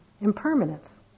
impermanence